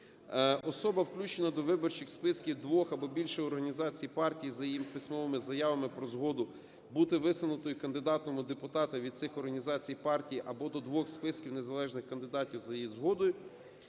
"Особа, включена до виборчих списків двох або більше організацій партій за її письмовими заявами про згоду бути висунутою кандидатом у депутати від цих організацій партій, або до двох списків незалежних кандидатів за її згодою,